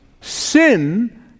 Sin